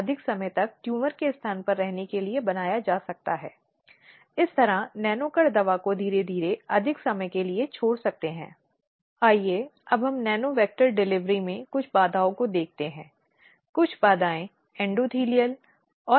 अगली पार्टियों के साथ सम्मान के साथ व्यवहार करें जो कि कुछ बहुत महत्वपूर्ण है और दोनों पक्ष चाहे वे पीड़ित या उत्पीड़नकर्ता हों या नहीं उन्हें आवश्यक सम्मान दिया जाना चाहिए ताकि वे आंतरिक अनुपालन समिति में विश्वास दोहराएं और वे सभी मामलों में समिति से सहयोग करने के लिए तैयार हों